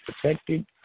protected